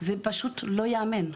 זה פשוט לא יאמן.